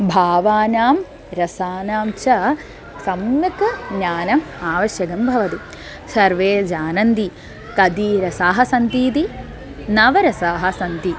भावानां रसानां च सम्यक् ज्ञानम् आवश्यकं भवति सर्वे जानन्ति कति रसाः सन्तीति नवरसाः सन्ति